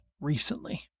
recently